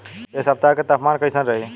एह सप्ताह के तापमान कईसन रही?